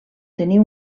tenir